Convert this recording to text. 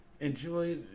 Enjoy